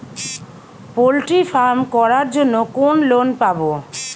Poultry farm করার জন্য কোন লোন পাব?